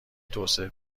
توسعه